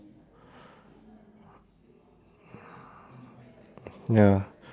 ya